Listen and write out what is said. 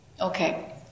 Okay